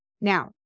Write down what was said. Now